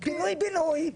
פינוי בינוי.